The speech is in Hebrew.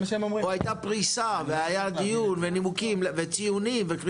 שהייתה פרישה והיה דיון והיו נימוקים וקריטריונים?